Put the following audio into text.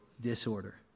Disorder